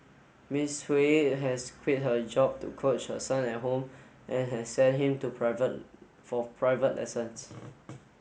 Miss Hui has quit her job to coach her son at home and has sent him to private for private lessons